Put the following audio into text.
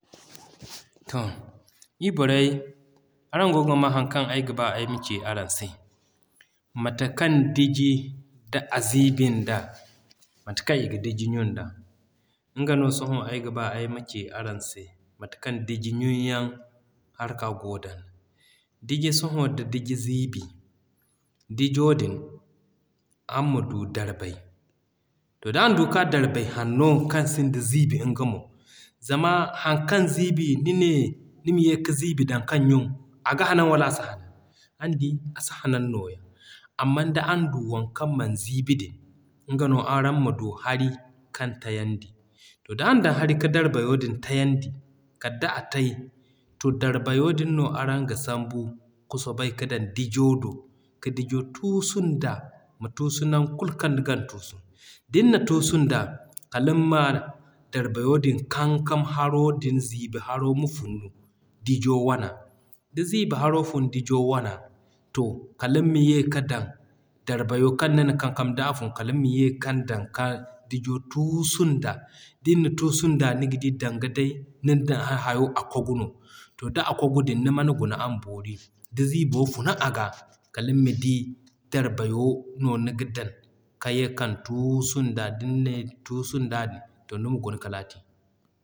To ii borey araŋ goo ga ma haŋ kaŋ ay ga ba ay ma ci araŋ se mate kaŋ Diji d'a ziibi nda. Mate kaŋ i ga Diji ɲun da nga no sohõ ay ga ba ay ma ci araŋ se mate kaŋ Diji ɲun yaŋ haraka goo da. Diji sohõ da Diji ziibi, dijo din araŋ ma du Darbay, to d'araŋ du ka Darbay hanno kaŋ sinda ziibi nga mo. Zama haŋ kaŋ ziibi, ni ne nima ye ka ziibi dan kaŋ ɲun. Aga hanan wala a si hanan? Araŋ di a si hanan nooya. Amman da araŋ du waŋ kaŋ man ziibi din, nga no araŋ ma du hari kan tayandi. To da araŋ dan hari ka Darbayo din tayandi kal day a tey, to Darbayo din no araŋ ga sambu ka soobay ka dan Dijo do ka Dijo tuusu nda. Ma tuusu nan kulu kaŋ ni gan tuusu. Din na tuusu nda, kaliŋ ma Darbayo din kankam haro din ziibi haro ma funu Dijo wana. Da ziibi haro fun Dijo wana, to kaliŋ ma ye ka dan Darbayo kaŋ nina kankam d'a fun kaliŋ ma ye kan dan ka Dijo tuusu nda. Din na tuusu nda ni ga di danga day nima ni boŋ hã hayo wo a koogu no. To d'a koogu din, niman guna ama boori, da ziibo funu aga, kaliŋ ma di Darbayo no niga dan ka ye kan tuusu nda din ne tuusu nda din, to nima guna kala a te.